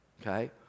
okay